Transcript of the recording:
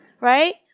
Right